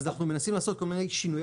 אז אנחנו מנסים לעשות כל מיני שינויי